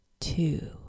two